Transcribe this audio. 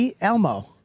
Elmo